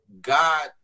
God